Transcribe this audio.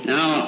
Now